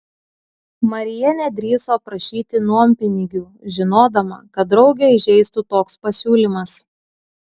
marija nedrįso prašyti nuompinigių žinodama kad draugę įžeistų toks pasiūlymas